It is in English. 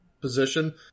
position